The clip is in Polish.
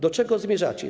Do czego zmierzacie?